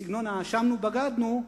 בסגנון ה"אשמנו בגדנו",